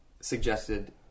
suggested